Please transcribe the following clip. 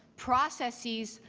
processes,